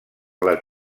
les